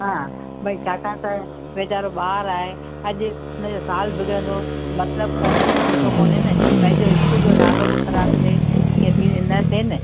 हा भई छाकाणि त वेचारो ॿार आहे अॼु हुन जो साल बिगिड़ंदो मतिलब कोन्हे न सुठो कोन्हे न पंहिंजो स्कूल जो नालो बि ख़राबु थेिए ईअं थी न थिए न